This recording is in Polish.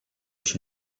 się